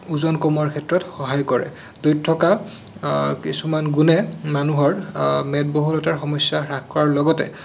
ওজন কমোৱাৰ ক্ষেত্ৰত সহায় কৰে দৈত থকা কিছুমান গুণে মানুহৰ মেদ বহুলতাৰ সমস্যা হ্ৰাস কৰাৰ লগতে